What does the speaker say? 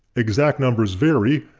exact numbers vary,